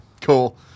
Cool